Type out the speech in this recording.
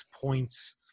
points